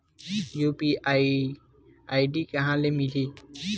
UPI ID कहां ले मिलही?